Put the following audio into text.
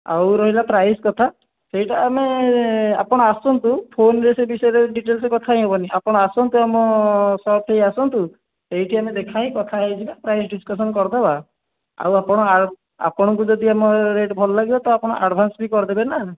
ଆଉ ରହିଲା ପ୍ରାଇସ୍ କଥା ସେଇଟା ଆମେ ଆପଣ ଆସନ୍ତୁ ଫୋନ୍ରେ ସେ ବିଷୟରେ ଡିଟେଲ୍ସ୍ କଥା ହେଇ ହେବନି ଆପଣ ଆସନ୍ତୁ ଆମ ସପ୍ ଠେଇ ଆସନ୍ତୁ ସେଇଠି ଆମେ ଦେଖା ହେଇ କଥା ହେଇଯିବା ପ୍ରାଇସ୍ ଡିସ୍କସନ୍ କରି ଦେବା ଆଉ ଆପଣ ଆର ଆପଣଙ୍କୁ ଯଦି ଆମର ରେଟ୍ ଭଲ ଲାଗିବ ତ ଆପଣ ଆଡଭାନ୍ସ୍ ବି କରି ଦେବେ ନା